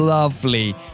Lovely